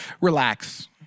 Relax